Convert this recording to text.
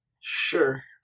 Sure